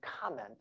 comment